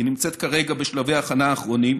היא נמצאת כרגע בשלבי הכנה אחרונים,